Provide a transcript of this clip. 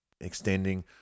extending